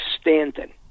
Stanton